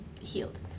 healed